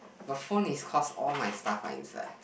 but phone is cause all my stuff are inside